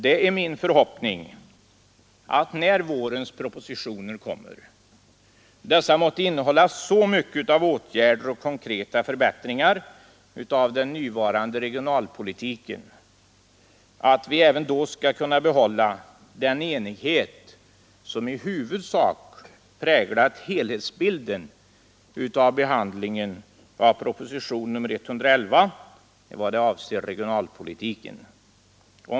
Det är min förhoppning att när vårens propositioner kommer dessa måtte innehålla så mycket av åtgärder och konkreta förbättringar av den nuvarande regionalpolitiken att vi även då skall kunna behålla den enighet som i huvudsak präglat helhetsbilden av behandlingen av propositionen 111 i vad den avser regionalpolitiken.